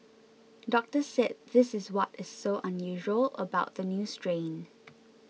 doctors said this is what is so unusual about the new strain